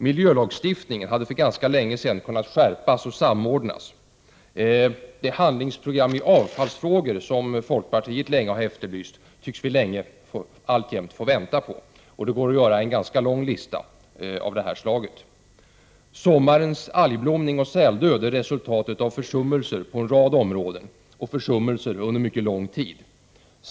Miljölagstiftningen hade för länge sedan kunnat skärpas och samordnas. Det handlingsprogram för avfallsfrågorna som folkpartiet länge har efterlyst tycks vi alltjämt få vänta på. Det går att göra en ganska lång lista av detta slag. Sommarens algblomning och säldöd är resultatet av försummelser på en rad områden, försummelser under mycket lång tid.